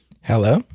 hello